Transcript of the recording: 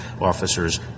officers